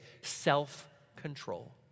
self-control